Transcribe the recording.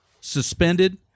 suspended